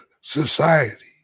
society